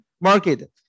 market